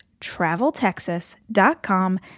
traveltexas.com